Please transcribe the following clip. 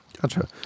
Gotcha